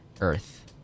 earth